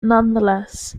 nonetheless